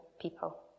people